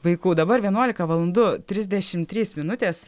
vaikų dabar vienuolika valandų trisdešimt trys minutės